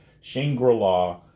Shangri-La